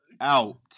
out